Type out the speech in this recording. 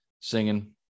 singing